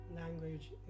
language